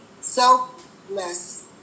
selfless